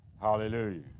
Hallelujah